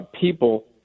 people